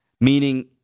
meaning